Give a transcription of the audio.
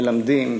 מלמדים,